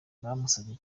bamusabye